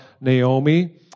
Naomi